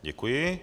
Děkuji.